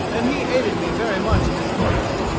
and he aided me very much in this business.